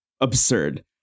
absurd